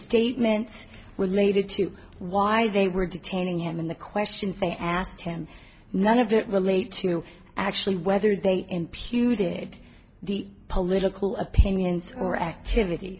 statements related to why they were detaining him in the questions they asked him none of that relate to actually whether they imputed the political opinions or activit